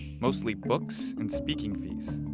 mostly books and speaking fees.